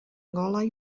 ngolau